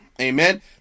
Amen